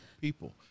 people